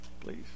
please